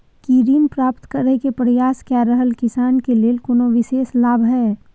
की ऋण प्राप्त करय के प्रयास कए रहल किसान के लेल कोनो विशेष लाभ हय?